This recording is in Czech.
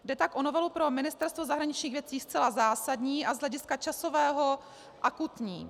Jde tak o novelu pro Ministerstvo zahraničních věcí zcela zásadní a z hlediska časového akutní.